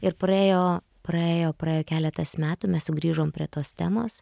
ir praėjo praėjo praėjo keletas metų mes sugrįžom prie tos temos